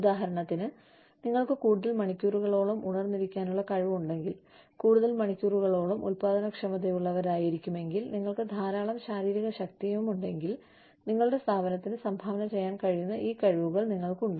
ഉദാഹരണത്തിന് നിങ്ങൾക്ക് കൂടുതൽ മണിക്കൂറുകളോളം ഉണർന്നിരിക്കാനുള്ള കഴിവുണ്ടെങ്കിൽ കൂടുതൽ മണിക്കൂറുകളോളം ഉൽപ്പാദനക്ഷമതയുള്ളവരായിരിക്കുമെങ്കിൽ നിങ്ങൾക്ക് ധാരാളം ശാരീരിക ശക്തിയുമുണ്ടെങ്കിൽ നിങ്ങളുടെ സ്ഥാപനത്തിന് സംഭാവന ചെയ്യാൻ കഴിയുന്ന ഈ കഴിവുകൾ നിങ്ങൾക്കുണ്ട്